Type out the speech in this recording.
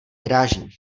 vyrážím